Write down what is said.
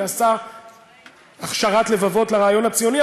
ועשה הכשרת לבבות לרעיון הציוני,